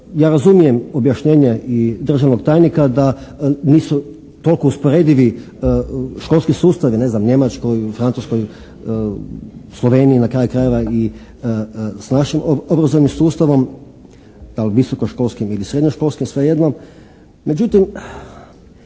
Ja razumijem objašnjenje i državnog tajnika da nisu toliko usporedivi školski sustavi, ne znam, Njemačkoj i u Francuskoj, Sloveniji na kraju krajeva i s našim obrazovnim sustavom, dal' visokoškolskim ili srednjoškolskim svejedno